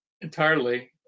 entirely